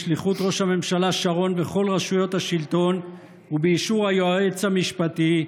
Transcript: בשליחות ראש הממשלה שרון וכל רשויות השלטון ובאישור היועץ המשפטי,